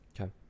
okay